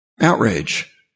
Outrage